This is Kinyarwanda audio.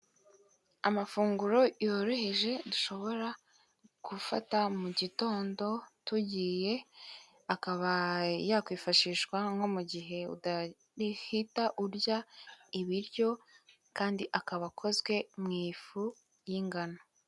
Amafunguro yoroheje dushobora gufata mu gitondo tugiye, akaba yakwifashishwa nko mu gihe udahita, urya ibiryo kandi akaba akozwe mu ifu y'ingano.